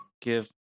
give